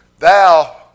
Thou